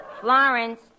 Florence